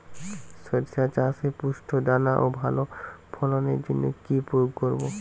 শরিষা চাষে পুষ্ট দানা ও ভালো ফলনের জন্য কি প্রয়োগ করব?